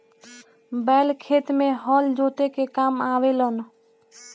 बैल खेत में हल जोते के काम आवे लनअ